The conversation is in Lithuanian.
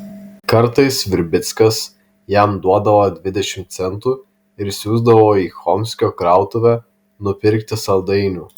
kartais virbickas jam duodavo dvidešimt centų ir siųsdavo į chomskio krautuvę nupirkti saldainių